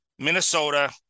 Minnesota